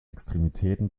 extremitäten